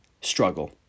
Struggle